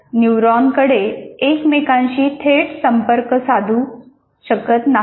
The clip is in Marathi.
न्यूरॉन्सकडे एकमेकांशी थेट संपर्क साधू कत नाहीत